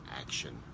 action